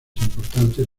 importantes